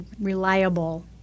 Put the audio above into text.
reliable